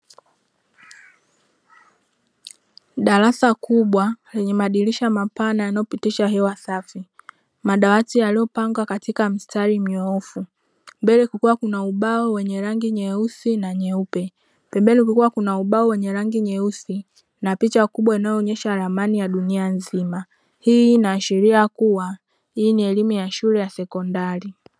Darasa kubwa lenye madirisha mapana yanayopitisha hewa safi madawati yaliyopangwa katika mstari munyoofu mbele kukuwa kuna ubao wenye rangi nyeusi na nyeupe pembeni kulikuwa kuna ubao wenye rangi nyeusi na picha kubwa inayoonyesha ramani ya dunia nzima ,hii inaashiria kuwa hii ni elimu ya shule ya sekondari.